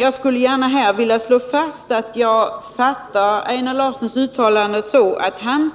Jag skulle gärna vilja slå fast att jag fattar Einar Larssons uttalande så, att han